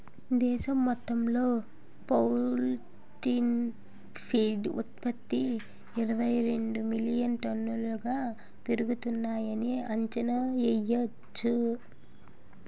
దేశం మొత్తంలో poultry feed ఉత్త్పతి ఇరవైరెండు మిలియన్ టన్నులుగా పెరుగుతున్నాయని అంచనా యెయ్యొచ్చు